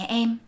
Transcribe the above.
em